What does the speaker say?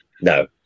no